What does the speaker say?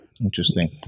Interesting